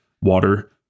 water